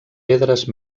pedres